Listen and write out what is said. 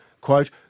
Quote